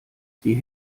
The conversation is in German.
sie